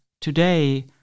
today